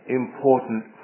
important